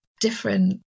different